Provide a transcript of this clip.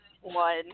one